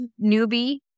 newbie